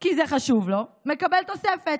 כי זה חשוב לו, ומקבל תוספת.